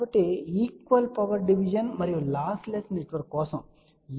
కాబట్టి equal power division మరియు lossless network కోసం